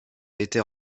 été